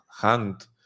hand